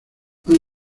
han